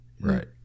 Right